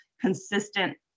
consistent